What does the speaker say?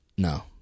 No